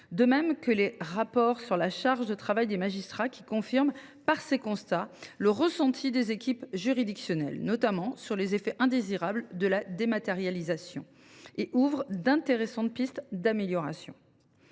de même que le rapport sur la charge de travail des magistrats, qui confirme par ses constats le ressenti des équipes juridictionnelles – notamment sur les effets indésirables de la dématérialisation – et qui ouvre d’intéressantes pistes d’amélioration.